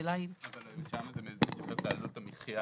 שם זה מתייחס לעלות המחייה